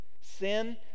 Sin